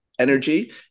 energy